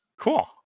Cool